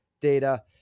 data